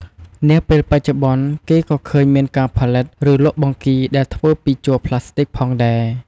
នាពេលបច្ចុប្បន្នគេក៏ឃើញមានការផលិត ឬលក់បង្គីដែលធ្វើពីជ័រប្លាស្ទិកផងដែរ។